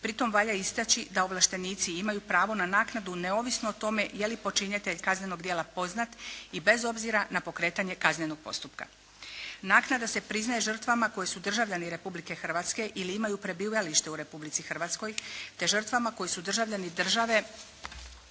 Pri tome valja istaći da ovlaštenici imaju pravo na naknadu neovisno o tome je li počinitelj kaznenog djela poznat i bez obzira na pokretanje kaznenog postupka. Naknada se priznaje žrtvama koji su državljani Republike Hrvatske ili imaju prebivalište u Republici Hrvatskoj te žrtvama koji su državljani države